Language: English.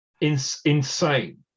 insane